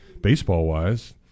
baseball-wise